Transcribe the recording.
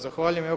Zahvaljujem.